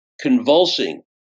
convulsing